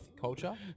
culture